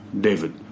David